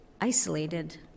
isolated